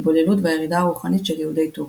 וההתבוללות והירידה הרוחנית של יהודי טורקיה.